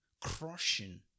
crushing